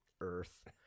earth